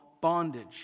bondage